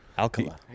Alcala